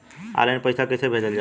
Online पैसा कैसे भेजल जाला?